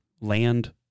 land